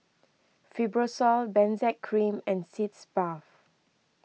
Fibrosol Benzac Cream and Sitz Bath